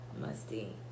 musty